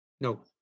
No